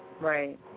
Right